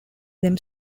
them